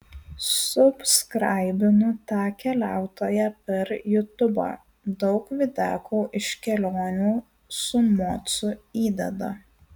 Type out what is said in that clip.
subskraibinu tą keliautoją per jutubą daug videkų iš kelionių su mocu įdeda